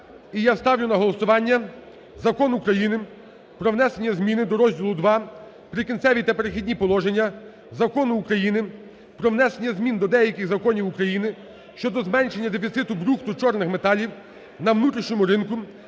І я ставлю на голосування Закон України "Про внесення зміни до розділу ІІ "Прикінцеві та перехідні положення" Закону України "Про внесення змін до деяких законів України щодо зменшення дефіциту брухту чорних металів на внутрішньому ринку"